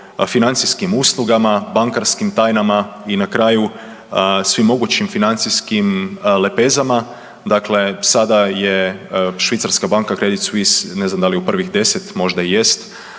financijskim uslugama, bankarskim tajnama i na kraju svim mogućim financijskim lepezama. Dakle sada je švicarska banka Kredit Suisse, ne znam da li je u prvih 10, možda jest,